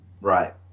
Right